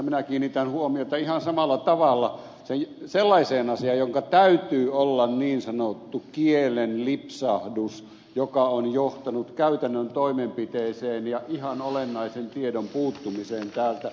minä kiinnitän huomiota ihan samalla tavalla sellaiseen asiaan jonka täytyy olla niin sanottu kielen lipsahdus joka on johtanut käytännön toimenpiteeseen ja ihan olennaisen tiedon puuttumiseen täältä